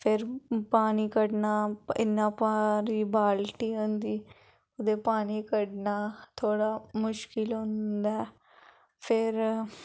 फिर पानी कड्ढना इ'न्ना भारी बाल्टी होंदी ओह्दे ई पानी कड्ढना थोह्ड़ा मुश्किल होंदा ऐ फिर